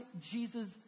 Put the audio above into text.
Jesus